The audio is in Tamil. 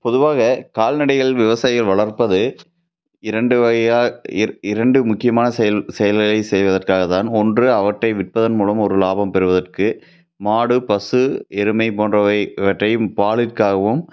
பொதுவாக கால்நடைகள் விவசாயிகள் வளர்ப்பது இரண்டு வகையாக இர் இரண்டு முக்கியமாக செயல் செயல்களை செய்வதற்காக தான் ஒன்று அவற்றை விற்பதன் மூலம் ஒரு லாபம் பெறுவதற்கு மாடு பசு எருமை போன்றவை இவற்றையும் பாலிற்காகவும்